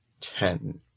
Ten